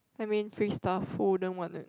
I mean free stuff who wouldn't want it